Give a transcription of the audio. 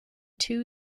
two